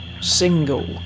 single